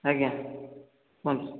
ଆଜ୍ଞା କୁହନ୍ତୁ